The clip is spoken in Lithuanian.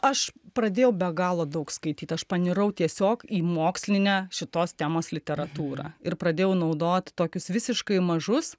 aš pradėjau be galo daug skaityt aš panirau tiesiog į mokslinę šitos temos literatūrą ir pradėjau naudot tokius visiškai mažus